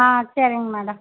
ஆ சரிங் மேடம்